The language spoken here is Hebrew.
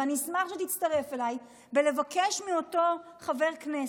ואני אשמח שתצטרף אליי לבקש מאותו חבר כנסת,